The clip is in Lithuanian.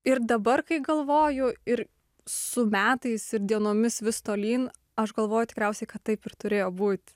ir dabar kai galvoju ir su metais ir dienomis vis tolyn aš galvoju tikriausiai kad taip ir turėjo būt